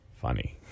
funny